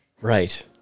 Right